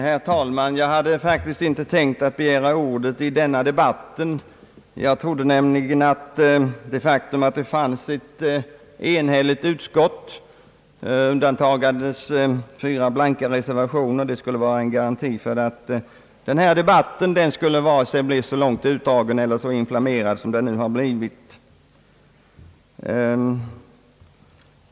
Herr talman! Jag hade faktiskt inte tänkt begära ordet i denna debatt. Jag trodde nämligen att det faktum att det fanns ett enhälligt utskott, undantagandes blank reservation, var en garanti för att denna debatt varken skulle bli så utdragen eller så inflammerad som den har blivit.